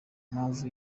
mpamvu